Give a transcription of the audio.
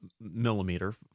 millimeter